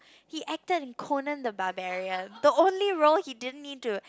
he acted in Conan the Barbarian the only role he didn't need to